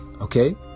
Okay